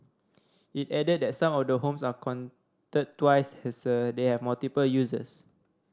it added that some of the homes are counted twice as they have multiple uses